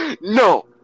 No